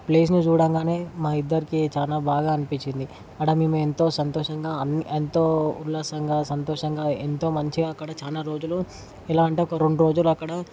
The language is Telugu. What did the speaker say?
ప్లేస్ని చూడగానే మా ఇద్దరికీ చాలా బాగా అనిపించింది అక్కడ మేము ఎంతో సంతోషంగా ఎంతో ఉల్లాసంగా సంతోషంగా ఎంతో మంచిగా అక్కడ చాలా రోజులు ఎలా అంటే ఒక రెండు రోజులు అక్కడ